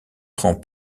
prend